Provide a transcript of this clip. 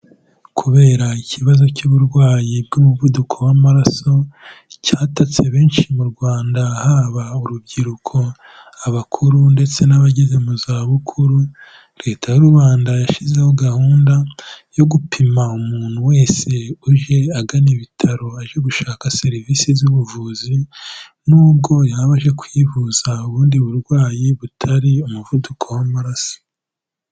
Kubera ikibazo cy'uburwayi bw'umuvuduko w'amaraso, cyatatse benshi mu Rwanda haba urubyiruko, abakuru ndetse n'abageze mu zabukuru, Leta y'u Rwanda yashyizeho gahunda yo gupima umuntu wese uje agana ibitaro aje gushaka serivise z'ubuvuzi, nubwo yaba aje kwivuza ubundi burwayi butari umuvuduko w'amaraso.